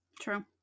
True